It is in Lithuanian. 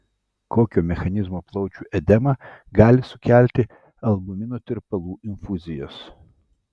kokio mechanizmo plaučių edemą gali sukelti albumino tirpalų infuzijos